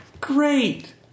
Great